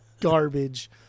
garbage